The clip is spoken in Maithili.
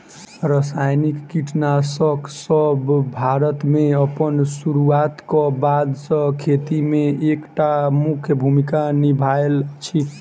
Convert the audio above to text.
रासायनिक कीटनासकसब भारत मे अप्पन सुरुआत क बाद सँ खेती मे एक टा मुख्य भूमिका निभायल अछि